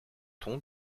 ton